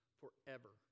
forever